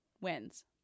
wins